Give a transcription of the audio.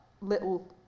little